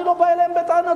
אני לא בא אליהם בטענות,